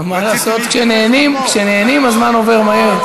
נו, מה לעשות, כשנהנים הזמן עובר מהר.